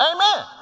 Amen